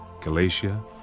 Galatia